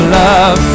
love